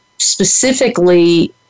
specifically